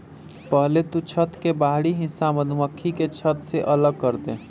पहले तु छत्त के बाहरी हिस्सा मधुमक्खी के छत्त से अलग करदे